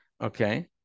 Okay